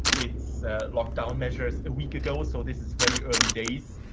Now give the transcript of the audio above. its lockdown measures a week ago, so this is very early days,